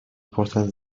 پرسد